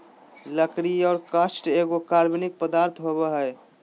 लकड़ी और काष्ठ एगो कार्बनिक पदार्थ होबय हइ